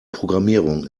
programmierung